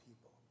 people